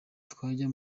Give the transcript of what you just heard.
twajya